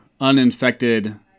uninfected